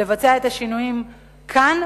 לבצע את השינויים כאן,